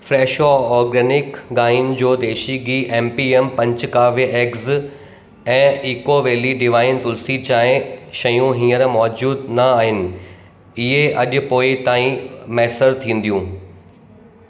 Fresho organic गांइ जो देशी घी एमपीएम पंचकाव्य एग्ज़ ऐं ईको वैली डिवाईन तुलसी चांहि शयूं हींअर मौजूदु न आहिनि इहे अॼु पोइ ताईं मुयसरु थींदियूं